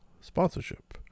sponsorship